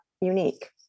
unique